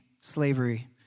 slavery